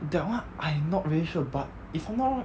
that [one] I not very sure but if I'm not wrong